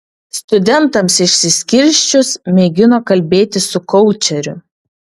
studentams išsiskirsčius mėgino kalbėtis su koučeriu